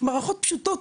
מערכות פשוטות.